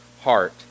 heart